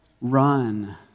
run